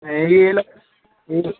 এই এলাকায় এই